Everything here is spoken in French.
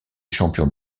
champion